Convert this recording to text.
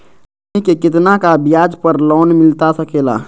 हमनी के कितना का ब्याज पर लोन मिलता सकेला?